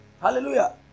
hallelujah